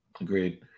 Agreed